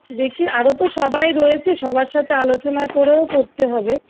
দেখি আরো তো সবাই রয়েছে সবার সাথে আলোচনা করেও করতে হবে